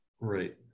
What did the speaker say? Right